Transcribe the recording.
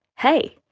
hey,